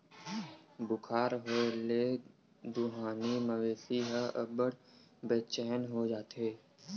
बुखार होए ले दुहानी मवेशी ह अब्बड़ बेचैन हो जाथे